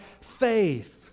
faith